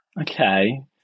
Okay